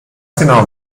genau